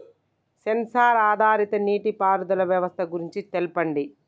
Censor ఆధారిత నీటిపారుదల వ్యవస్థ గురించి తెల్పండి?